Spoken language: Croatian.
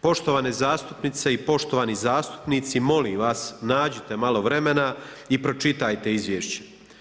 Poštovane zastupnice i poštovani zastupnici, molim vas nađite malo vremena i pročitajte Izvješće.